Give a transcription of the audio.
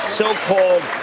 so-called